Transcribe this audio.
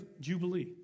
Jubilee